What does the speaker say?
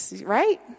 Right